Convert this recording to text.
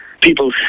People